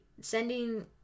sending